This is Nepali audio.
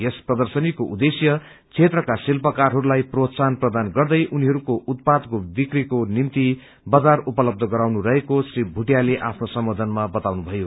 यस प्रर्दशनीको उद्देश्य क्षेत्रका शिल्पकारहरूलाई प्रोत्साहन प्रदान गर्दै उनीहरूको उत्पादको बिकीको निम्ति बजार उपलब्ध गराउनु रहेको श्री मूटियाले आफ्नो सम्बोधनमा बताउनुभयो